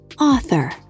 Author